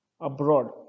abroad